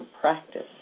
practice